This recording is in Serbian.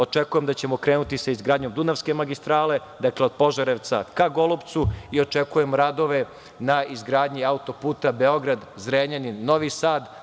Očekujem da ćemo krenuti sa izgradnjom Dunavske magistrale, od Požarevca ka Golupcu i očekujem radove na izgradnji auto-puta Beograd-Zrenjanin-Novi Sad.